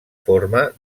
forma